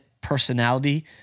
personality